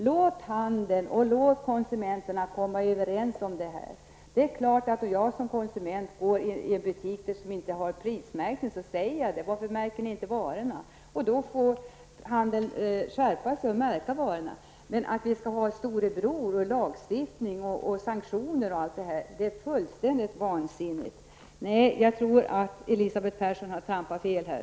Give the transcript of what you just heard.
Låt i stället handeln och konsumenterna komma överens om det här! Om jag uppsöker en butik som inte har prismärkt varorna, frågar jag varför man inte har gjort det. Då får handlaren skärpa sig och märka dem. Men ett system med storebror, lagstiftning och sanktioner på detta område är fullständigt vansinnigt. Jag tror att Elisabeth Persson har trampat fel här.